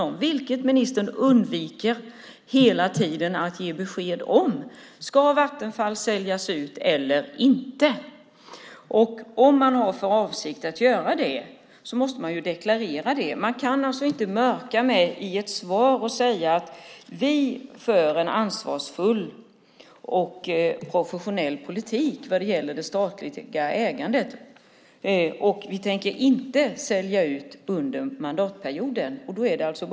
Ministern undviker hela tiden att ge besked om huruvida Vattenfall ska säljas ut eller inte. Om man har för avsikt att göra det måste man deklarera det. Man kan inte mörka i ett svar och säga att man för en ansvarsfull och professionell politik vad gäller det statliga ägandet. Vi tänker inte sälja ut Vattenfall under mandatperioden, säger Maud Olofsson.